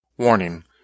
Warning